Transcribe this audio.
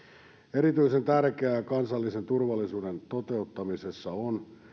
erityisen tärkeää kansallisen turvallisuuden toteuttamisessa on